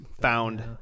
found